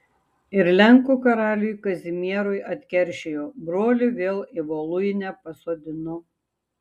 ir lenkų karaliui kazimierui atkeršijo brolį vėl į voluinę pasodino